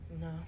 no